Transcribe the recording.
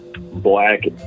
Black